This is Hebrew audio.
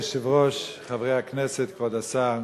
אדוני היושב-ראש, חברי הכנסת, כבוד השר,